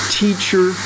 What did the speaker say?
teacher